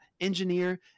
engineer